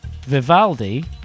Vivaldi